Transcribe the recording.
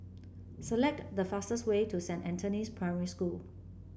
select the fastest way to Saint Anthony's Primary School